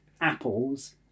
apples